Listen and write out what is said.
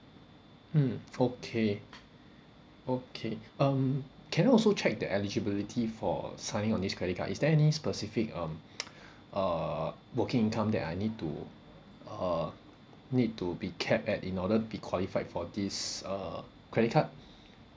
mm okay okay um can I also check the eligibility for signing on this credit card is there any specific um uh working income that I need to uh need to be capped at in order to be qualified for this uh credit card